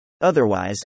Otherwise